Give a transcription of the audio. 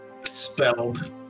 spelled